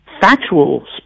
factual